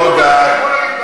אנחנו לא, תודה.